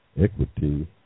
equity